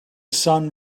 sun